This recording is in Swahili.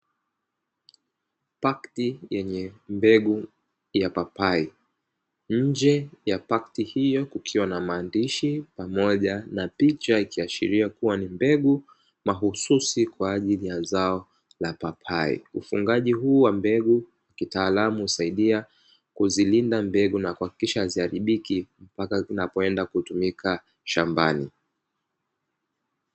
Pakti yenye mbegu ya papai nje ya pakti hiyo kukiwa na maandishi pamoja na picha ikiashiria kuwa ni mbegu mahususi kwa ajili ya zao la papai, ufungaji huu wa mbegu kitaalamu husaidia kuzilinda mbegu na kuhakikisha haziharibiki mpaka zinapoenda kutumika shambani.